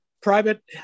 private